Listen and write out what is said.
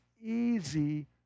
easy